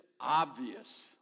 obvious